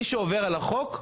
מי שעובר על החוק,